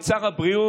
את שר הבריאות,